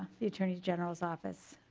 the attorney generals office.